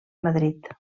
madrid